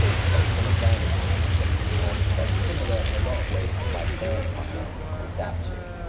it's based on a dinosaur and it's very similar in a lot of ways to my bird puppet, called dabchick.